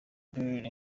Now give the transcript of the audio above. bellerin